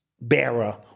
bearer